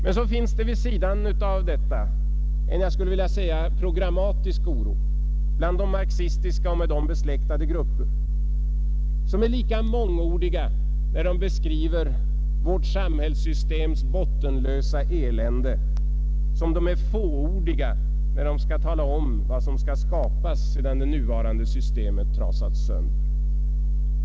Vid sidan av detta finns emellertid också vad jag skulle vilja kalla en programmatisk oro, bland de marxistiska och med dem besläktade grupper, som är lika mångordiga när de beskriver vårt samhällssystems bottenlösa elände som de är fåordiga när de skall tala om vad som skall skapas sedan det nuvarande systemet trasats sönder.